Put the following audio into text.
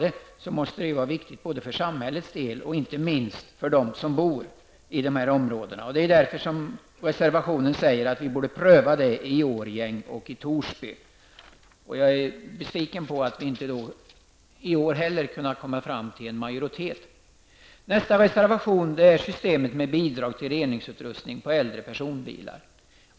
Det är betydelsefullt för både samhället och för enskilda människor i berörda områden. I reservationen sägs att en sådan ordning bör prövas i Årjäng och Torsby. Det gör mig besviken att vi inte heller i år har fått majoritet för det förslaget. En annan reservation gäller bidrag till reningsutrustning på äldre personbilar.